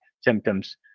symptoms